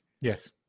Yes